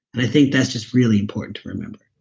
i think that's just really important to remember